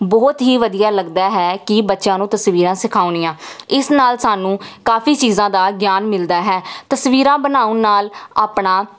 ਬਹੁਤ ਹੀ ਵਧੀਆ ਲੱਗਦਾ ਹੈ ਕਿ ਬੱਚਿਆਂ ਨੂੰ ਤਸਵੀਰਾਂ ਸਿਖਾਉਣੀਆਂ ਇਸ ਨਾਲ ਸਾਨੂੰ ਕਾਫੀ ਚੀਜ਼ਾਂ ਦਾ ਗਿਆਨ ਮਿਲਦਾ ਹੈ ਤਸਵੀਰਾਂ ਬਣਾਉਣ ਨਾਲ ਆਪਣਾ